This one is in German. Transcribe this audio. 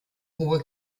hohe